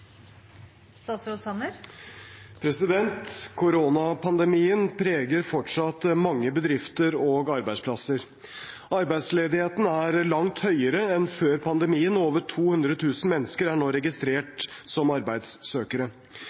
Koronapandemien preger fortsatt mange bedrifter og arbeidsplasser. Arbeidsledigheten er langt høyere enn før pandemien, og over 200 000 mennesker er nå registrert som arbeidssøkere.